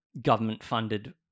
government-funded